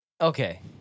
Okay